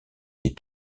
les